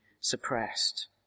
suppressed